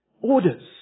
orders